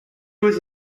was